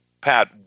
Pat